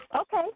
Okay